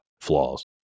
flaws